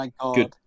good